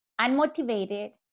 unmotivated